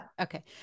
Okay